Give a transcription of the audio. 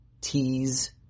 tease